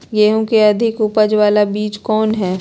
गेंहू की अधिक उपज बाला बीज कौन हैं?